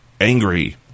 Angry